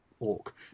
orc